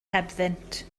hebddynt